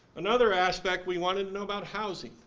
another aspect we wanted to know about housing